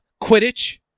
Quidditch